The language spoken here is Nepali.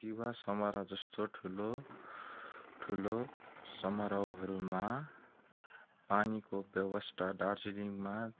विवाह सामारोह जस्तो ठुलो ठुलो समारोहहरूमा पानीको व्यवस्था दार्जिलिङमा